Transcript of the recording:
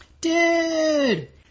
Dude